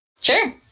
Sure